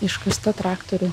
iškasta traktorių